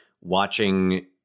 watching